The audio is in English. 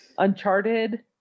Uncharted